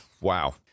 Wow